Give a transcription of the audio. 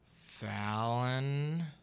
Fallon